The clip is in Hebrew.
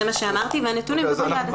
זה מה שאמרתי והנתונים מדברים בעד עצמם.